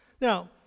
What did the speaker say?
Now